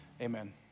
amen